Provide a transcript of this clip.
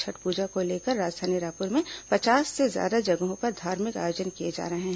छठ पूजा को लेकर राजधानी रायपुर में पचास से ज्यादा जगहों पर धार्मिक आयोजन किए जा रहे हैं